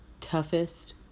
toughest